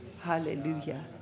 Hallelujah